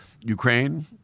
Ukraine